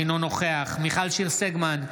אינו נוכח מיכל שיר סגמן,